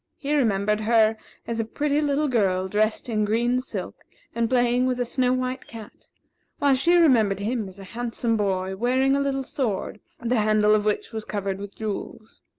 he remembered her as a pretty little girl dressed in green silk and playing with a snow-white cat while she remembered him as a handsome boy, wearing a little sword, the handle of which was covered with jewels.